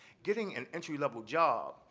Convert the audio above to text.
getting an entry level job,